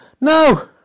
No